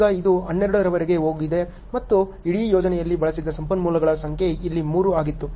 ಈಗ ಇದು 12 ರವರೆಗೆ ಹೋಗಿದೆ ಮತ್ತು ಇಡೀ ಯೋಜನೆಯಲ್ಲಿ ಬಳಸಿದ ಸಂಪನ್ಮೂಲಗಳ ಸಂಖ್ಯೆ ಇಲ್ಲಿ 3 ಆಗಿತ್ತು